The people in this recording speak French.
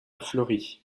fleury